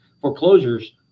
Foreclosures